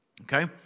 Okay